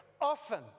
often